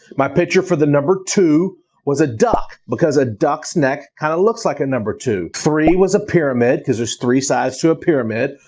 my picture for the number two was a duck, because a duck's neck kind of looks like a number two. three was a pyramid, because there's three sides to a pyramid.